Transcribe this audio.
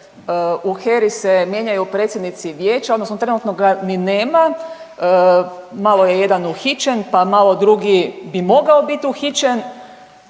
u HERA-i se mijenjaju predsjednici vijeća odnosno trenutno ga ni nema, malo je jedan uhićen, pa malo drugi bi mogao bit uhićen.